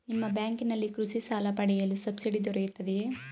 ನಿಮ್ಮ ಬ್ಯಾಂಕಿನಲ್ಲಿ ಕೃಷಿ ಸಾಲ ಪಡೆಯಲು ಸಬ್ಸಿಡಿ ದೊರೆಯುತ್ತದೆಯೇ?